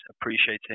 appreciating